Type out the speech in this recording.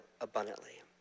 abundantly